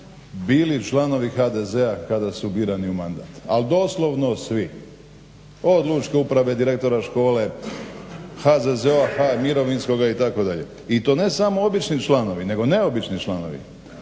bili članovi HDZ-a kada su birani u mandat, al doslovno svi, od lučke uprave, direktora škole, HZZO-a, Mirovinskog itd., i to ne samo obični članovi nego neobični članovi.